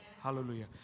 Hallelujah